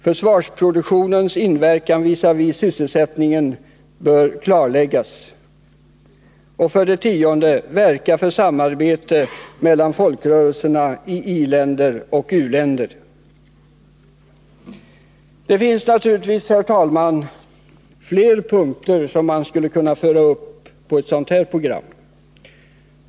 Försvarsproduktionens inverkan visavi sysselsättningen bör klarläggas. Det finns naturligtvis, herr talman, fler punkter som skulle kunna föras uppiett program som detta.